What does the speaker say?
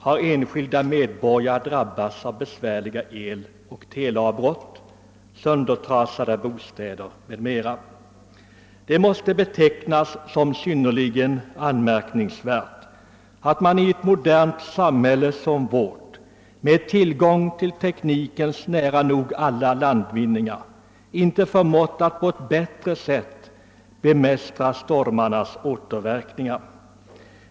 har enskilda medborgare drabbats av besvärliga eloch teleavbrott, fått sina bostäder förstörda m.m. Det måste betecknas som synnerligen anmärkningsvärt att ett modernt samhälle som vårt med tillgång till nära nog alla landvinningar på teknikens område inte förmår att på ett bättre sätt bemästra stormarnas verkningar.